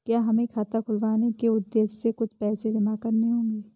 क्या हमें खाता खुलवाने के उद्देश्य से कुछ पैसे जमा करने होंगे?